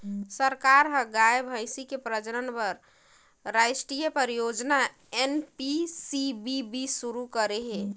सरकार ह गाय, भइसी के प्रजनन बर रास्टीय परियोजना एन.पी.सी.बी.बी सुरू करे हे